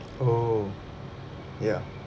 oh ya